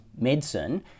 medicine